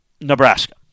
Nebraska